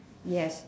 yes